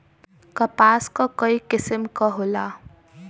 कपास क कई किसिम क होला